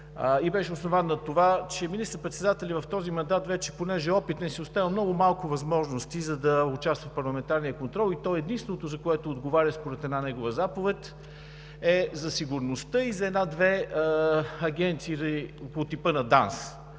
и беше основан на това, че министър-председателят в този мандат вече, понеже е опитен, си е оставил много малко възможности, за да участва в парламентарния контрол и единственото, за което той отговаря според една негова заповед, е за сигурността и за една-две агенции от типа на ДАНС.